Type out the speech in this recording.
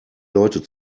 leute